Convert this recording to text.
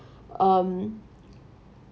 um